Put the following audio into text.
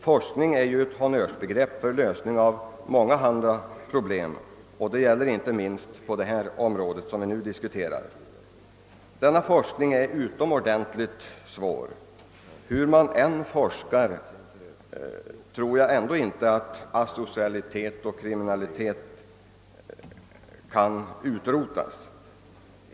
Forskning är ju ett honnörsord när det gäller lösning av mångahanda problem, och det gäller inte minst det område vi nu diskuterar. Denna forskning är utomordentligt svår. Hur man än forskar tror jag ändå inte att asocialitet och kriminalitet kan utrotas.